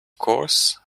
course